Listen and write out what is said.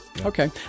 Okay